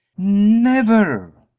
never!